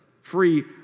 free